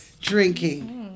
drinking